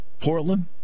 Portland